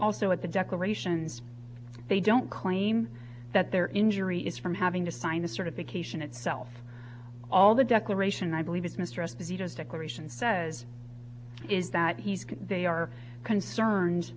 also at the declarations they don't claim that their injury is from having to sign the certification itself all the declaration i believe it's mistrust that he does declaration says is that he's can they are concerned